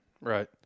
Right